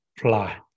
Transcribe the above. fly